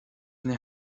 ina